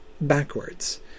backwards